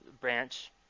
branch